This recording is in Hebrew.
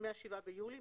מה-7 ביולי,